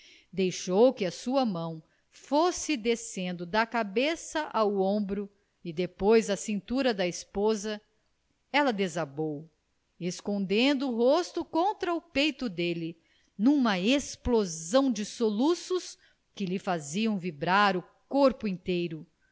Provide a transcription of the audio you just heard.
deixou que a sua mão fosse descendo da cabeça ao ombro e depois à cintura da esposa ela desabou escondendo o rosto contra o peito dele numa explosão de soluços que lhe faziam vibrar o corpo inteiro